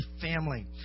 family